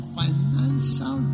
financial